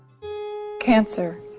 Cancer